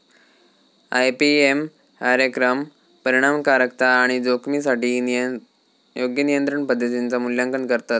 IPM कार्यक्रम परिणामकारकता आणि जोखमीसाठी योग्य नियंत्रण पद्धतींचा मूल्यांकन करतत